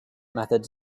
methods